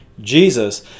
Jesus